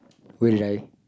where did I